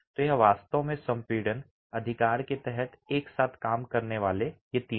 तो यह वास्तव में संपीड़न अधिकार के तहत एक साथ काम करने वाले ये तीन हैं